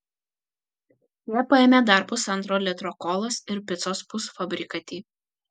jie paėmė dar pusantro litro kolos ir picos pusfabrikatį